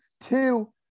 Two